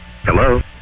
Hello